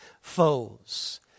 foes